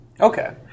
Okay